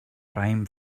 raïm